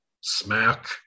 smack